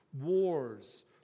wars